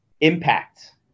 Impact